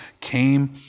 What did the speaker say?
came